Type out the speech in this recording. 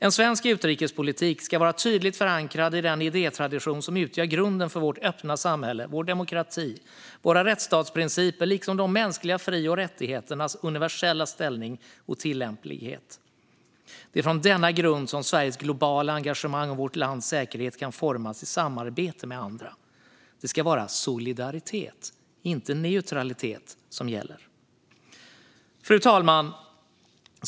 En svensk utrikespolitik ska vara tydligt förankrad i den idétradition som utgör grunden för vårt öppna samhälle, vår demokrati, våra rättsstatsprinciper liksom de mänskliga fri och rättigheternas universella ställning och tillämplighet. Det är från denna grund som Sveriges globala engagemang och vårt lands säkerhet kan formas i samarbete med andra. Det ska vara solidaritet, inte neutralitet, som gäller. Fru talman!